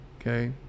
okay